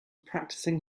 practising